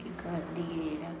बाकी घर दी एह्